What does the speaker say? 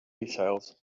details